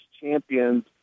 champions